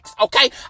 okay